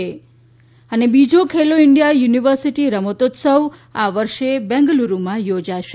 ત બીજો Khelo India university રમતોત્સવ આ વર્ષે બેંગલુરુમાં યોજાશે